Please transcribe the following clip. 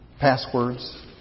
passwords